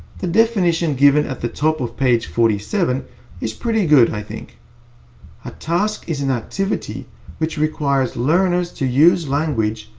the definition given at the top of page forty seven is pretty good, i think a task is an activity which requires learners to use language,